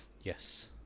Yes